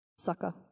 Sucker